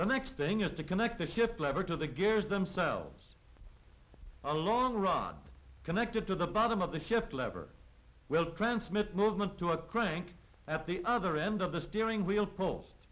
the next thing is to connect the shift lever to the gears themselves along rod connected to the bottom of the shift lever will transmit movement to a crank at the other end of the steering wheel proles